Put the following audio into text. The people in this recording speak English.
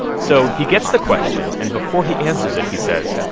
so he gets the question, and before he answers it, he says,